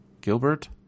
Gilbert